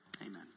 Amen